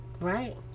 Right